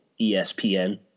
ESPN